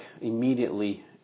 immediately